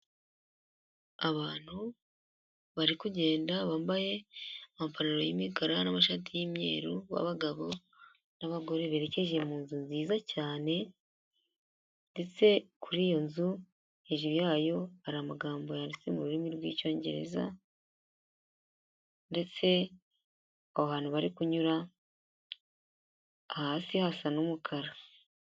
Abantu bari kugenda, bambaye amapantaro y'imigara n'amashati y'imyeru, b'abagabo n'abagore berekeje mu nzu nziza cyane ndetse kuri iyo nzu hejuru yayo hari amagambo yanditse mu rurimi rw'Icyongereza ndetse ahantu bari kunyura hasi hasa n'umukara.